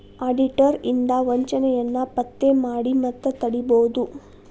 auditor ಇಂದಾ ವಂಚನೆಯನ್ನ ಪತ್ತೆ ಮಾಡಿ ಮತ್ತ ತಡಿಬೊದು